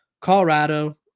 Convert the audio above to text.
Colorado